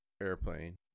Airplane